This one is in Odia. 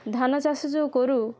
ଧାନ ଚାଷ ଯେଉଁ କରୁ